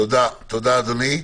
תודה אדוני.